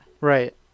Right